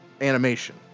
animation